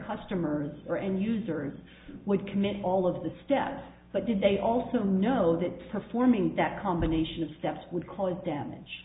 customers or end users would commit all of the steps but did they also know that performing that combination of steps would cause damage